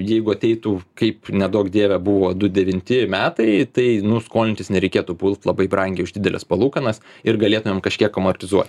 jeigu ateitų kaip neduok dieve buvo du devinti metai tai nu skolintis nereikėtų pult labai brangiai už dideles palūkanas ir galėtumėm kažkiek amortizuoti